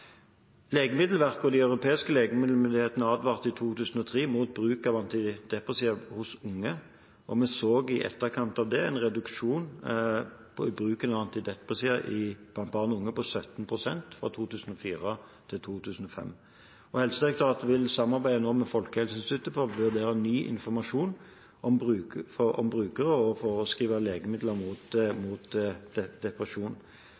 Legemiddelverket og de europeiske legemiddelmyndighetene advarte i 2003 mot bruken av antidepressiva hos unge. Vi så i etterkant av det en reduksjon i bruken av antidepressiva blant barn og unge på 17 pst. fra 2004 til 2005. Helsedirektoratet vil nå samarbeide med Folkehelseinstituttet for å vurdere ny informasjon om brukere og å forskrive legemiddel mot depresjon. Helsedirektoratet ønsker òg å